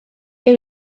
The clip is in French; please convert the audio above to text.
est